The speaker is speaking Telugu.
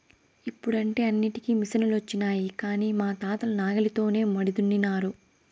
ఇప్పుడంటే అన్నింటికీ మిసనులొచ్చినాయి కానీ మా తాతలు నాగలితోనే మడి దున్నినారు